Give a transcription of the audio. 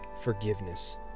forgiveness